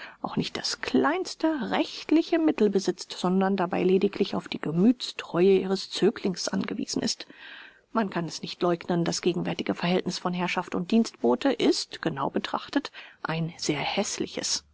auch nicht das kleinste rechtliche mittel besitzt sondern dabei lediglich auf die gemüthstreue ihres zöglings angewiesen ist man kann es nicht läugnen das gegenwärtige verhältniß von herrschaft und dienstbote ist genau betrachtet ein sehr häßliches